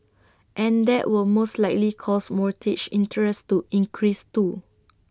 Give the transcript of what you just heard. and that will most likely cause mortgage interest to increase too